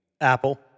Apple